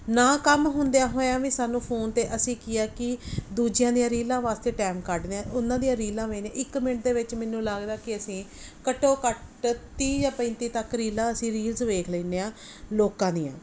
ਨਾ ਕੰਮ ਹੁੰਦਿਆਂ ਹੋਇਆਂ ਵੀ ਸਾਨੂੰ ਫੋਨ 'ਤੇ ਅਸੀਂ ਕੀ ਆ ਕਿ ਦੂਜਿਆਂ ਦੀਆਂ ਰੀਲਾਂ ਵਾਸਤੇ ਟਾਈਮ ਕੱਢਦੇ ਹਾਂ ਉਹਨਾਂ ਦੀਆਂ ਰੀਲਾਂ ਵੇਖਦੇ ਇੱਕ ਮਿੰਟ ਦੇ ਵਿੱਚ ਮੈਨੂੰ ਲੱਗਦਾ ਕਿ ਅਸੀਂ ਘੱਟੋ ਘੱਟ ਤੀਹ ਜਾਂ ਪੈਂਤੀ ਤੱਕ ਰੀਲਾਂ ਅਸੀਂ ਰੀਲਸ ਵੇਖ ਲੈਂਦੇ ਹਾਂ ਲੋਕਾਂ ਦੀਆਂ